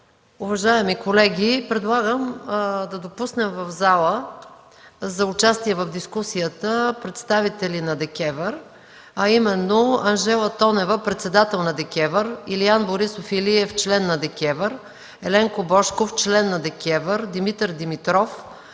Уважаеми колеги, предлагам да допуснем в залата за участие в дискусията представители на ДКЕВР, а именно Анжела Тонева – председател на ДКЕВР, Илиян Борисов Илиев – член на ДКЕВР, Еленко Божков – член, Димитър Димитров,